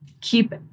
keep